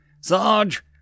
Sarge